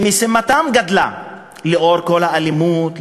שמשימתם גדלה לאור כל האלימות,